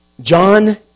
John